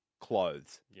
clothes